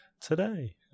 today